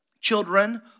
children